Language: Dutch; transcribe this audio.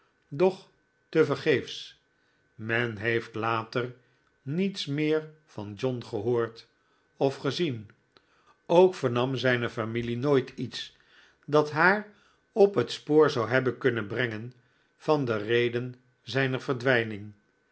doch tevergeefs men heeft later niets meer van john gehoord of gezien ook vernam zijne familie nooit iets dat haar op het spoor zou hebben kunnen brengen van de reden zijner verdwijning